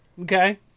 Okay